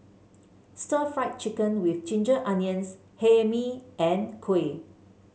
Stir Fried Chicken with Ginger Onions Hae Mee and kuih